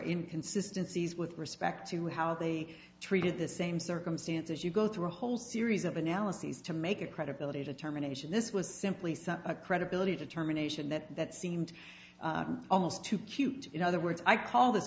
in consistencies with respect to how they treated the same circumstances you go through a whole series of analyses to make a credibility determination this was simply such a credibility determination that that seemed almost too cute in other words i call th